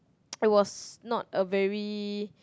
I was not a very